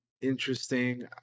interesting